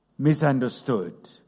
Misunderstood